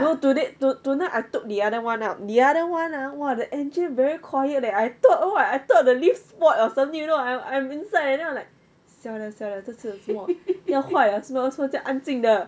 no today to tonight I took the other [one] out the other [one] ah !wah! the engine very quiet leh I thought oh I thought the lift spoilt or something you know I'm I'm inside and then I'm like siao liao siao liao 这次要坏要坏 liao 是吗为什么怎么安静的